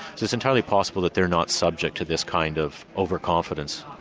it's it's entirely possible that they're not subject to this kind of overconfidence.